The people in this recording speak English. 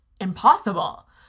impossible